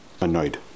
annoyed